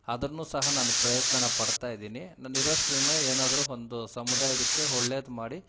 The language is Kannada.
ಅದನ್ನು ಸಹ ನಾನು ಪ್ರಯತ್ನ ಪಡ್ತಾಯಿದೀನಿ ನಾನ್ ಇರೋವಷ್ಟು ದಿನ ಏನಾದರೂ ಒಂದು ಸಮುದಾಯಕ್ಕೆ ಒಳ್ಳೇದ್ ಮಾಡಿ